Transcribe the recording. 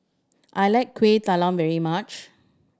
I like Kueh Talam very much